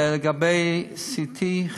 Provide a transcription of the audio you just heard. לגבי CT,